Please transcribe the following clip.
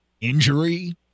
injury